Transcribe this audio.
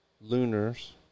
lunars